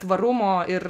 tvarumo ir